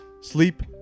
Sleep